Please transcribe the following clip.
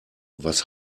was